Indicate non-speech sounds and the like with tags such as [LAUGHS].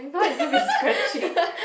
[LAUGHS]